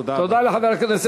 תודה רבה.